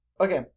okay